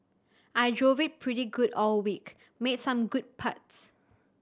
I drove it pretty good all week made some good putts